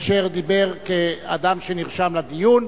אשר דיבר כאדם שנרשם לדיון.